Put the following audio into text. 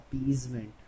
appeasement